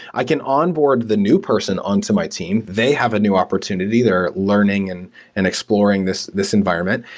i can onboard the new person on to my team. they have a new opportunity. they're learning and and explor ing this this environment.